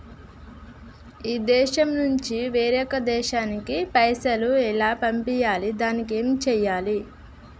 ఈ దేశం నుంచి వేరొక దేశానికి పైసలు ఎలా పంపియ్యాలి? దానికి ఏం చేయాలి?